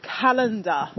calendar